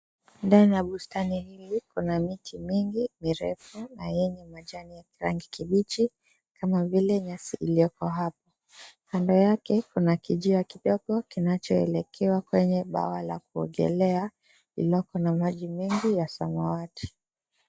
Ndani ya bustani hili kuna miti mingi mirefu na yenye majani ya rangi kibichi kama vile nyasi iliyoko hapa. Kando yake kuna kijiwe kidogo kinachoelekewa kwenye bwawa la kuogelea lililoko na maji mengi ya samawati.